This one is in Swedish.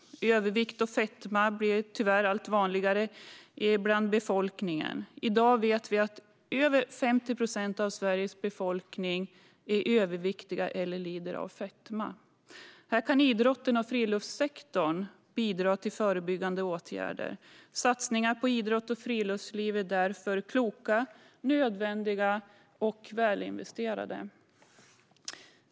Övervikt och fetma blir tyvärr allt vanligare bland befolkningen. I dag vet vi att över 50 procent av Sveriges befolkning är överviktig eller lider av fetma. Här kan idrotten och friluftssektorn bidra till förebyggande åtgärder. Satsningar på idrott och friluftsliv är därför kloka, nödvändiga och välinvesterade.